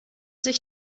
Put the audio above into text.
sich